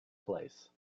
place